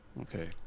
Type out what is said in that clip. Okay